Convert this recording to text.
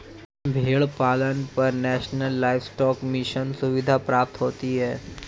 भेड़ पालन पर नेशनल लाइवस्टोक मिशन सुविधा प्राप्त होती है